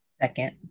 Second